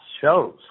shows